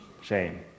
Shame